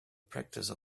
practice